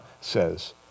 says